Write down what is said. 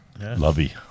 Lovey